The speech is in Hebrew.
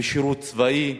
בשירות צבאי.